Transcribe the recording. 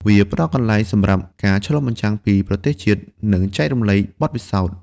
វាផ្តល់កន្លែងសម្រាប់ការឆ្លុះបញ្ចាំងពីប្រទេសជាតិ និងចែករំលែកបទពិសោធន៍។